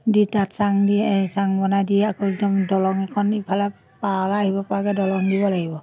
দি তাত চাং দি চাং বনাই দি আকৌ একদম দলং এখন ইফালে পাৰলৈ আহিব পাৰে দলং দিব লাগিব